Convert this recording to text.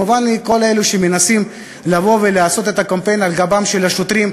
מובנים לי כל אלה שמנסים לבוא ולעשות את הקמפיין על גבם של השוטרים,